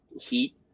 heat